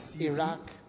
Iraq